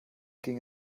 ging